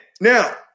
now